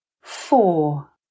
four